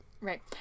right